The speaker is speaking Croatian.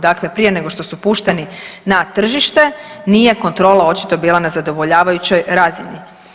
Dakle, prije nego što su pušteni na tržište nije kontrola očito bila na zadovoljavajućoj razini.